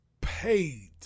paid